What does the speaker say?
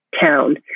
town